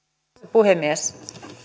puhemies